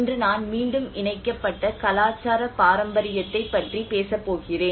இன்று நான் மீண்டும் இணைக்கப்பட்ட கலாச்சார பாரம்பரியத்தைப் பற்றி பேசப் போகிறேன்